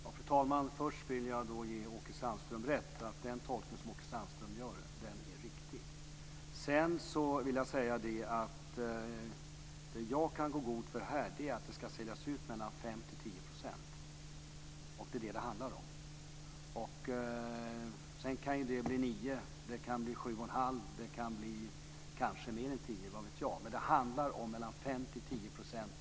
Fru talman! Först vill jag ge Åke Sandström rätt. Den tolkning som han gör är riktig. Sedan vill jag säga att det som jag kan gå i god för här är att det ska säljas ut mellan 5 och 10 %. Det är det som det handlar om. Sedan kan det ju bli 9, 7 1⁄2 eller kanske mer än 10 %- vad vet jag? Men det handlar om mellan 5 och 10 %.